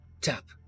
Tap